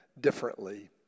differently